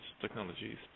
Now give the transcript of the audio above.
technologies